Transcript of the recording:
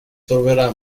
troverà